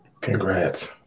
Congrats